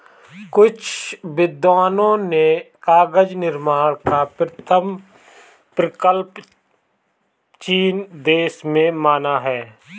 कुछ विद्वानों ने कागज निर्माण का प्रथम प्रकल्प चीन देश में माना है